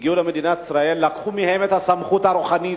הגיעו למדינת ישראל, לקחו מהם את הסמכות הרוחנית,